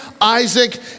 Isaac